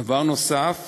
דבר נוסף